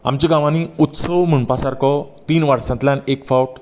आमच्या गांवांनी उत्सव म्हणपा सारको तीन वर्सांतल्यान एक फावट